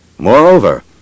Moreover